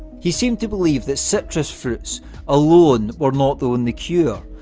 he seemed to believe that citrus fruits alone were not the only cure,